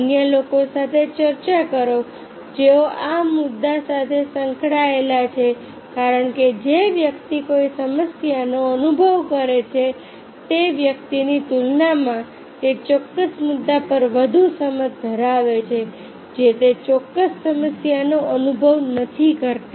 અન્ય લોકો સાથે ચર્ચા કરો જેઓ આ મુદ્દા સાથે સંકળાયેલા છે કારણ કે જે વ્યક્તિ કોઈ સમસ્યાનો અનુભવ કરે છે તે વ્યક્તિની તુલનામાં તે ચોક્કસ મુદ્દા પર વધુ સમજ ધરાવે છે જે તે ચોક્કસ સમસ્યાનો અનુભવ નથી કરતી